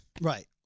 Right